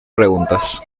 preguntas